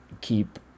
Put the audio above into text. keep